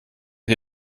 die